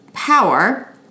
power